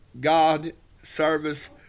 God-service